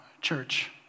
church